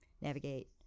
navigate